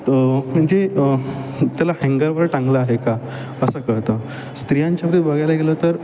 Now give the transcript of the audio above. त म्हणजे त्याला हँगरवर टांगलं आहे का असं कळतं स्त्रियांच्यामध्ये बघायला गेलं तर